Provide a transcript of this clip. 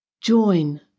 join